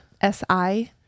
S-I